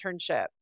internship